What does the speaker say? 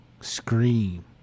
scream